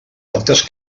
actes